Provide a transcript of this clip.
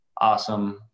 Awesome